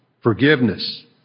Forgiveness